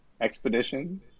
Expedition